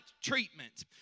treatment